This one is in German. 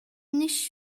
nicht